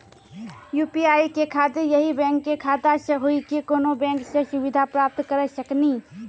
UPI के खातिर यही बैंक के खाता से हुई की कोनो बैंक से सुविधा प्राप्त करऽ सकनी?